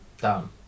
done